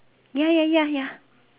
ya ya ya ya